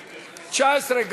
19,